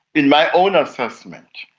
in my own assessment,